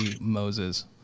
Moses